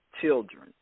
children